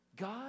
God